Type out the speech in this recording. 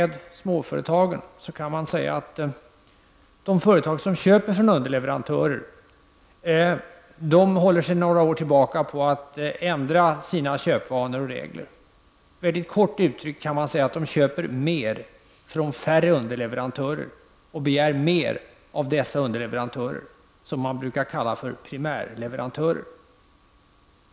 De företag som köper från underleverantörer håller sedan några år tillbaka på att ändra sina köpvanor och regler. Kort uttryckt kan man säga att de köper mer från färre underleverantörer och begär mer av dessa underleverantörer, som man brukar kalla för primärleverantörer.